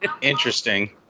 Interesting